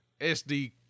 SD